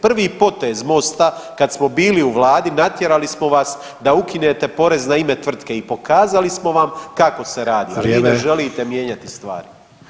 Prvi potez Mosta kad smo bili u vladi natjerali smo vas da ukinete porez na ime tvrtke i pokazali smo vam kako se radi [[Upadica: Vrijeme]] , a vi ne želite mijenjati stvari.